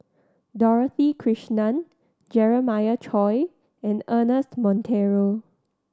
Dorothy Krishnan Jeremiah Choy and Ernest Monteiro